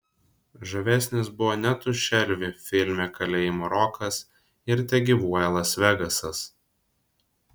žavesnis buvo net už elvį filme kalėjimo rokas ir tegyvuoja las vegasas